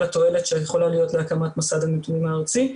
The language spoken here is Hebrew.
התועלת שיכולה להיות להקמת מסד הנתונים הארצי,